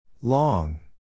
Long